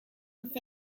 with